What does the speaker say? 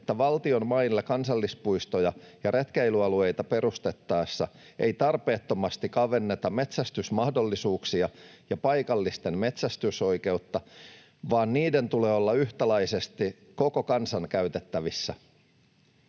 että valtion mailla kansallispuistoja ja retkeilyalueita perustettaessa ei tarpeettomasti kavenneta metsästysmahdollisuuksia ja paikallisten metsästysoikeutta, vaan niiden tulee olla yhtäläisesti koko kansan käytettävissä.